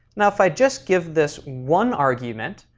now if i just give this one argument,